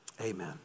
Amen